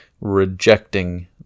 rejecting